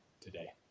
today